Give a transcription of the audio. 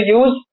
use